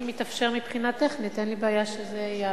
אם מתאפשר מבחינה טכנית, אין לי בעיה שזה ייעשה.